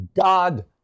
God